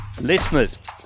Listeners